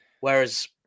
Whereas